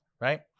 right